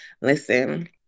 Listen